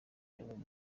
yabonye